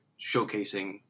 showcasing